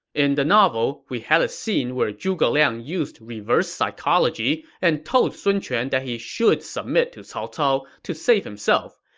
in the novel, we had a scene where zhuge liang used reverse psychology and told sun quan that he should submit to cao cao to save himself.